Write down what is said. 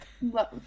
love